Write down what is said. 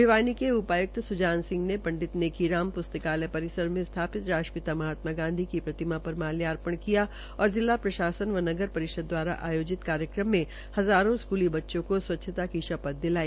भिवानी के उप्रायुक्त सुजान सिंह ने प्रंडित नेकी राम पुस्तकालय प्रिसर में स्थापित राष्ट्रपिता महात्मा गांधी की प्रतिमा र मल्यार्रण किया और जिला प्रशासन व नगर रिषद द्वारा आयोजित कार्यक्रम में हज़ारों स्कूली बच्चों को स्वच्छता की शाथ दिलाई